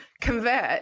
convert